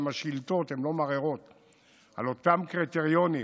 גם השאילתות לא מערערות על אותם קריטריונים